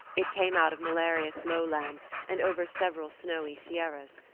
it came out of malarious lowlands, and over several snowy sierras.